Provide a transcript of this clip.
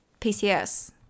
PCS